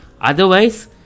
Otherwise